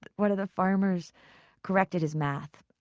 one of the farmers corrected his math